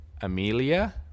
amelia